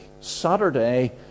Saturday